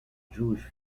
jewish